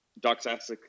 Doxastic